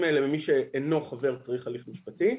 האלה ממי שאינו חבר צריך הליך משפטי,